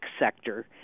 sector